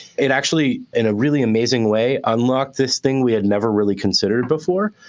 it actually in a really amazing way unlocked this thing we had never really considered before,